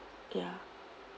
ya